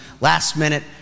last-minute